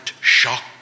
shock